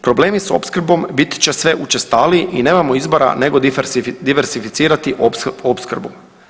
Problemi s opskrbom bit će sve učestaliji i nemamo izbora nego diversificirati opskrbu.